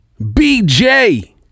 bj